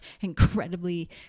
incredibly